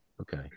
Okay